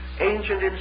ancient